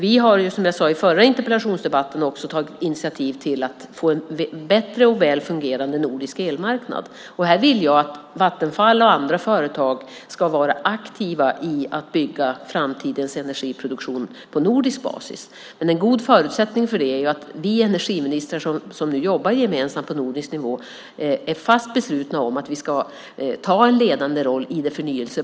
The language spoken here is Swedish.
Vi har, som jag sade i den förra interpellationsdebatten, också tagit initiativ för att få en bättre och en väl fungerande nordisk elmarknad. Jag vill att Vattenfall och andra företag ska vara aktiva i att bygga framtidens energiproduktion på nordisk basis. En god förutsättning för det är att vi energiministrar som nu jobbar gemensamt på nordisk nivå är fast beslutna om att vi ska ta en ledande roll i det förnybara.